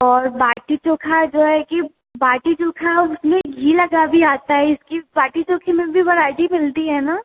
और बाटी चोखा जो है कि बाटी चोखा में घी लगा भी आता है इसकी बाटी चोखे में भी वैराइटी मिलती है ना